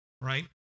right